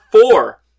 four